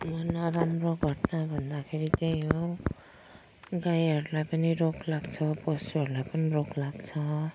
नराम्रो घटनाहरू भन्दाखेरि त्यही हो गाईहरूलाई पनि रोग लाग्छ पशुहरूलाई पनि रोग लाग्छ